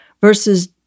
versus